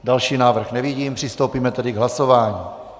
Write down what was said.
Další návrh nevidím, přistoupíme tedy k hlasování.